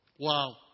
Wow